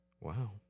wow